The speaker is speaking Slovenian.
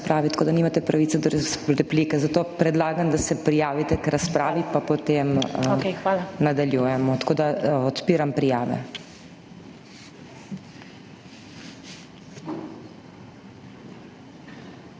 tako da nimate pravice do replike, zato predlagam, da se prijavite k razpravi, pa potem nadaljujemo. **ANDREJA ŽIVIC